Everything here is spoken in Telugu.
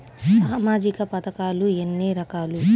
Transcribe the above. సామాజిక పథకాలు ఎన్ని రకాలు?